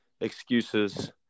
excuses